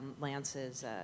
Lance's